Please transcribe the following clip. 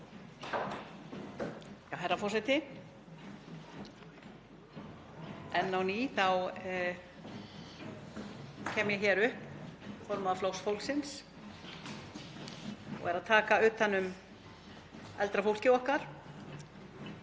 Herra forseti. Enn á ný kem ég hér upp, formaður Flokks fólksins, og er að taka utan um eldra fólkið okkar.